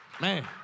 Man